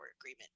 agreement